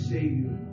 Savior